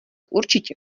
určitě